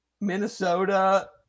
Minnesota